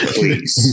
Please